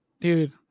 Dude